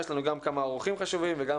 יש לנו גם כמה אורחים חשובים וגם